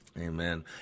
Amen